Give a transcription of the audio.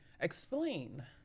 explain